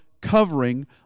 covering